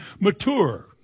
mature